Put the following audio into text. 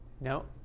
No